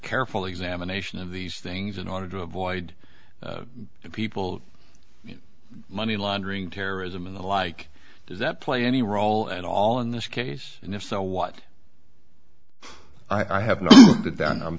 careful examination of these things in order to avoid people money laundering terrorism and the like does that play any role at all in this case and if so what i have no